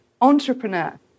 entrepreneur